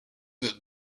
that